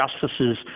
justices